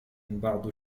بعض